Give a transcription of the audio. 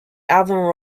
avant